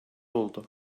oldu